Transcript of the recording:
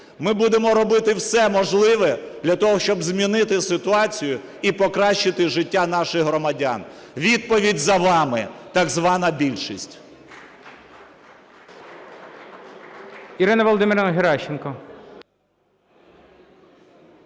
Ми будемо робити все можливе для того, щоб змінити ситуацію і покращити життя наших громадян. Відповідь за вами, так звана більшість.